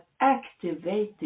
activated